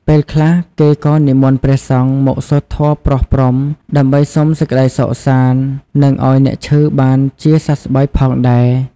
ពេលខ្លះ គេក៏និមន្តព្រះសង្ឃមកសូត្រធម៌ប្រោសព្រំ ដើម្បីសុំសេចក្ដីសុខសាន្ត និងឱ្យអ្នកឈឺបានជាសះស្បើយផងដែរ។